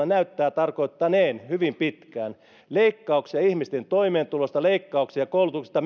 näyttää tarkoittaneen hyvin pitkään miljardiluokan leikkauksia ihmisten toimeentulosta leikkauksia koulutuksesta